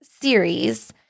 series